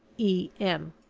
e. m.